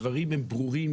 הדברים הם ברורים,